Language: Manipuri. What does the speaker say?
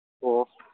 ꯑꯣ